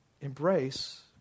embrace